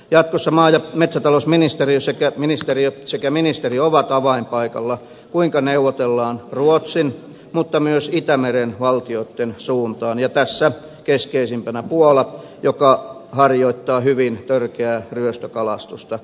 jatkossa maa ja metsätalousministeriö sekä ministeri ovat avainpaikalla siinä kuinka neuvotellaan ruotsin mutta myös itämeren valtioitten suuntaan tässä keskeisimpänä puola joka harjoittaa hyvin törkeää ryöstökalastusta itämerellä